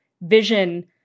vision